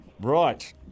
Right